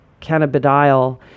cannabidiol